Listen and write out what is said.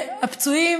והפצועים